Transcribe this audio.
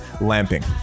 Lamping